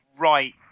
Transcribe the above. right